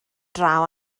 draw